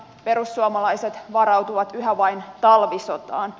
perussuomalaiset varautuvat yhä vain talvisotaan